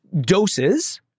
doses